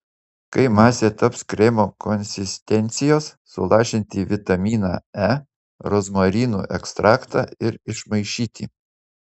kai masė taps kremo konsistencijos sulašinti vitaminą e rozmarinų ekstraktą ir išmaišyti